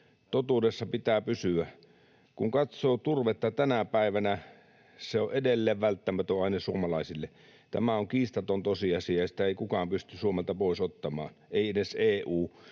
Totuudessa pitää pysyä. Kun katsoo turvetta tänä päivänä, se on edelleen välttämätön aine suomalaisille. Tämä on kiistaton tosiasia, ja sitä ei kukaan pysty Suomelta pois ottamaan, ei edes EU.